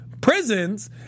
prisons